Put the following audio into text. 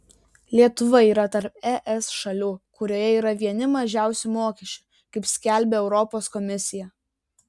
lietuva yra tarp es šalių kurioje yra vieni mažiausių mokesčių kaip skelbia europos komisija